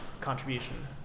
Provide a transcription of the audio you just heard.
contribution